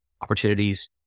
opportunities